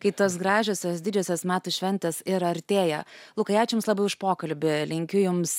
kai tos gražiosios didžiosios metų šventės ir artėja lukai ačiū jums labiau už pokalbį linkiu jums